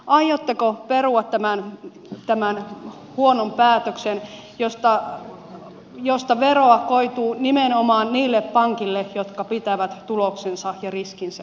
aiotteko perua tämän huonon päätöksen josta veroa koituu nimenomaan niille pankeille jotka pitävät tuloksensa ja riskinsä suomessa